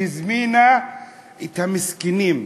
שהיא הזמינה את המסכנים,